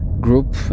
group